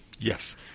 Yes